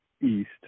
east